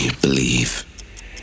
believe